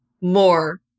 more